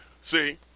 see